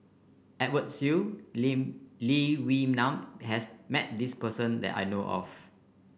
Edwin Siew Lee Wee Nam has met this person that I know of